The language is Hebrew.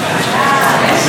חברים, אנחנו חייבים להמשיך.